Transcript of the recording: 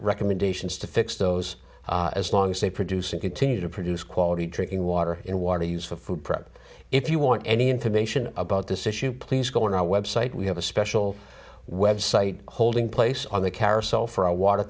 recommendations to fix those as long as they produce and continue to produce quality drinking water in water use for food prep if you want any information about this issue please go on our website we have a special website holding place on the carousel for our water